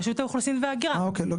רשות האוכלוסין וההגירה --- אה אוקיי,